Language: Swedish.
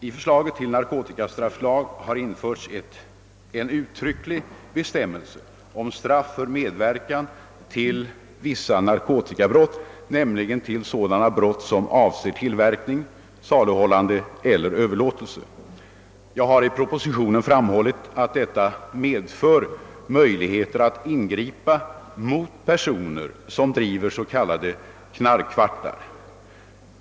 I förslaget till narkotikastrafflag har införts en uttrycklig bestämmelse om straff för medverkan till vissa narkotikabrott, nämligen till sådana brott som avser tillverkning, saluhållande eller överlåtelse. I propositionen har jag framhållit att detta medför möjligheter att ingripa mot personer som driver s.k. knarkarkvartar.